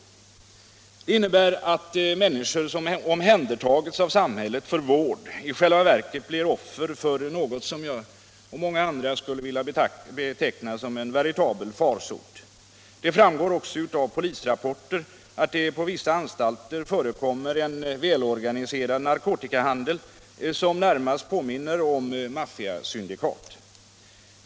Detta innebär att människor som omhändertagits av samhället för vård i själva verket blir offer för något som jag och många andra vill beteckna som en veritabel farsot. Det framgår också av polisrapporter att det på vissa anstalter förekommer en välorganiserad narkotikahandel som närmast påminner om maffiasyndikat.